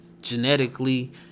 genetically